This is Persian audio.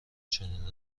چنین